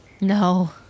No